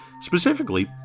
specifically